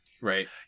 Right